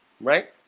right